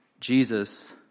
Jesus